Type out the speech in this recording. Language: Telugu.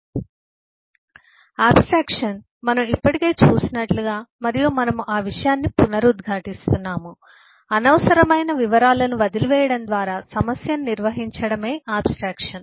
సమయం 0427 స్లైడ్ చూడండి ఆబ్స్ట్రాక్షన్ మనం ఇప్పటికే చూసినట్లుగా మరియు మనము ఆ విషయాన్ని పునరుద్ఘాటిస్తున్నాము అనవసరమైన వివరాలను వదిలివేయడం ద్వారా సమస్యను నిర్వహించడమే ఆబ్స్ట్రాక్షన్